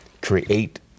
create